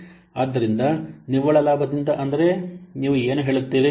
ಆದ್ದರಿಂದ ನಿವ್ವಳ ಲಾಭದಿಂದ ಅಂದರೆ ನೀವು ಏನು ಹೇಳುತ್ತೀರಿ